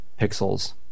pixels